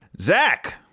Zach